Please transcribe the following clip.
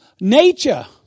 nature